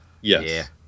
Yes